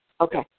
Okay